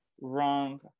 Wrong